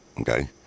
Okay